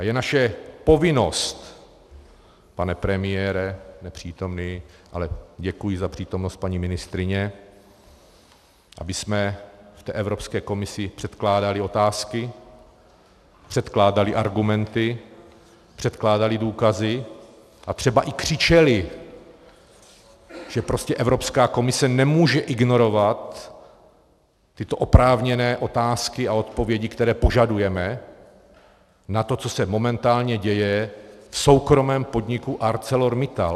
A je naše povinnost nepřítomný pane premiére, ale děkuji za přítomnost paní ministryně , abychom Evropské komisi předkládali otázky, předkládali argumenty, předkládali důkazy a třeba i křičeli, že prostě Evropská komise nemůže ignorovat oprávněné otázky a odpovědi, které požadujeme na to, co se momentálně děje v soukromém podniku ArcelorMittal.